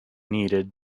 needed